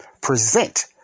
Present